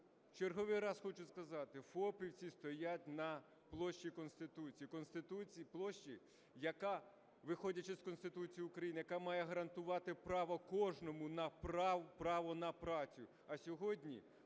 черговий раз хочу сказати, фопівці стоять на площі Конституції, площі, яка, виходячи з Конституції України, яка має гарантувати право кожному, право на працю,